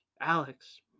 Alex